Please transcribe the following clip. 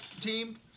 team